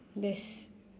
best